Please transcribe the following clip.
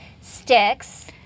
Sticks